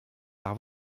par